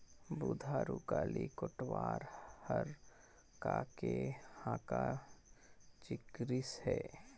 बुधारू काली कोटवार हर का के हाँका चिकरिस हे?